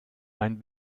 ein